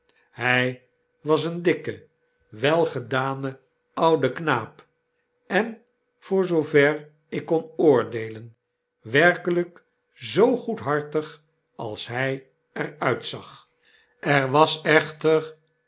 hy was een mopes de kluizenaar dikke welgedane oude knaap en voor zoover ik kon oordeelen werkelyk zoo goedhartig als hy er uitzag er was echter